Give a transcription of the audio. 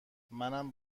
منم